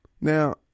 Now